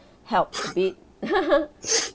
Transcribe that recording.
help a bit